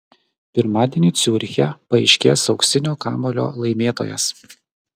pirmadienį ciuriche paaiškės auksinio kamuolio laimėtojas